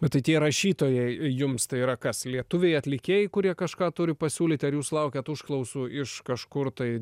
bet tai tie rašytojai jums tai yra kas lietuviai atlikėjai kurie kažką turi pasiūlyt ar jūs laukiat užklausų iš kažkur tai